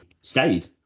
stayed